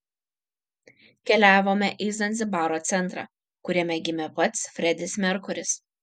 keliavome į zanzibaro centrą kuriame gimė pats fredis merkuris